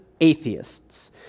atheists